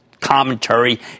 commentary